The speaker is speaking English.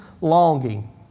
longing